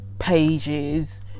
pages